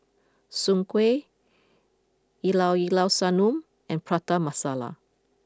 Soon Kuih Llao Llao Sanum and Prata Masala